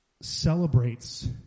celebrates